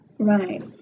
Right